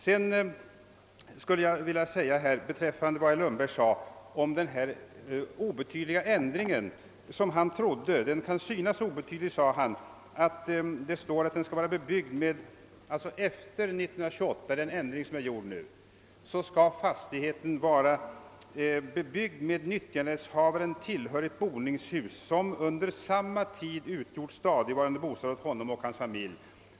Herr Lundberg sade att ändringen kan synas obetydlig. Enligt den ändring som nu föreslås skall »marken sedan den 1 januari 1928 varit bebyggd med nyttjanderättshavare tillhörigt boningshus, som under samma tid utgjort stadigvarande bostad åt honom och hans familj».